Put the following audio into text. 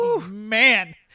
man